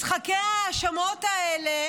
משחקי ההאשמות האלה